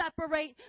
separate